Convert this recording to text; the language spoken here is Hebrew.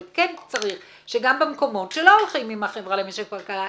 אבל כן צריך שגם במקומות שלא הולכים עם החברה למשק וכלכלה,